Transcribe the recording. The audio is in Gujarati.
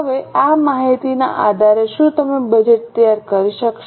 હવે આ માહિતીના આધારે શું તમે બજેટ તૈયાર કરી શકશો